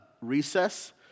recess